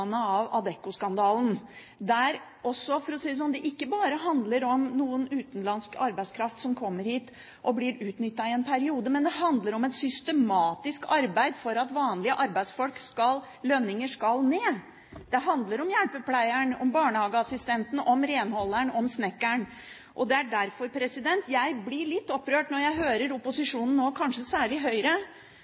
av Adecco-skandalen, der det – for å si det sånn – ikke bare handler om utenlandsk arbeidskraft som kommer hit og blir utnyttet i en periode, men om et systematisk arbeid for at vanlige arbeidsfolks lønninger skal ned. Det handler om hjelpepleieren, om barnehageassistenten, om renholderen og om snekkeren. Det er derfor jeg blir litt opprørt når jeg nå hører opposisjonen – og kanskje særlig Høyre